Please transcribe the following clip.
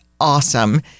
awesome